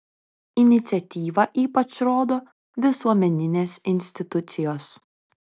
iniciatyvą ypač rodo visuomeninės institucijos